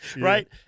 Right